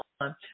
on